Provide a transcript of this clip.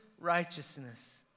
righteousness